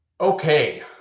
okay